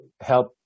help